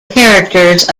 characters